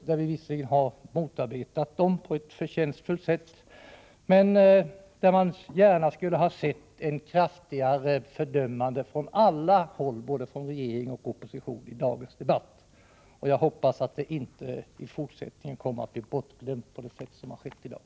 Där har vi visserligen motarbetat Turkiet på ett förtjänstfullt sätt, men man skulle gärna ha sett ett kraftigare fördömande från alla håll, både från regering och från opposition, i dagens debatt. Jag hoppas att Turkiet inte i fortsättningen kommer att bli bortglömt så som har skett i dag.